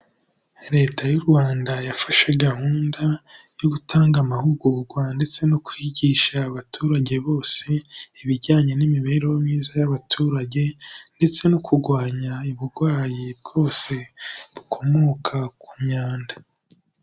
Leta y'u Rwanda yafashe gahunda yo gutanga amahugurwa ndetse no kwigisha abaturage bose, ibijyanye n'imibereho myiza y'abaturage ndetse no kurwanya uburwayi bwose bukomoka ku myanda.